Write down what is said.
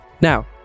now